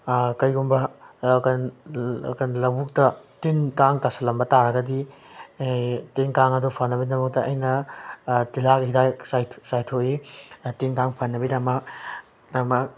ꯀꯩꯒꯨꯝꯕ ꯂꯕꯨꯛꯇ tin can ꯇꯥꯁꯤꯜꯂꯝꯕ ꯇꯥꯔꯒꯗꯤ ꯑꯩ ꯇꯤꯟ ꯀꯥꯡ ꯑꯗꯨ ꯐꯅꯕꯒꯤꯗꯃꯛꯇ ꯑꯩꯅ ꯇꯤꯜꯍꯥꯠ ꯍꯤꯗꯥꯛ ꯆꯥꯏꯊꯣꯛꯏ ꯇꯤꯟ ꯀꯥꯡ ꯐꯅꯕꯒꯤꯗꯃꯛ ꯗꯃꯛ